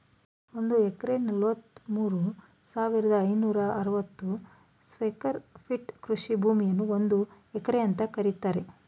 ಒಂದ್ ಎಕರೆಗೆ ನಲವತ್ಮೂರು ಸಾವಿರದ ಐನೂರ ಅರವತ್ತು ಸ್ಕ್ವೇರ್ ಫೀಟ್ ಕೃಷಿ ಭೂಮಿಯನ್ನು ಒಂದು ಎಕರೆ ಅಂತ ಕರೀತಾರೆ